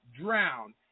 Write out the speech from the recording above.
drowned